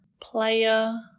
player